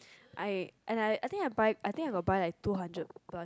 I and I I think I buy I think I got buy like two hundred plus